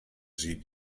sie